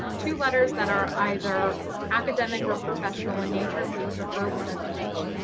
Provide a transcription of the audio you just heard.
two letters that are either academic or professional in nature. we'd prefer one of each.